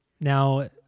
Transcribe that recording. Now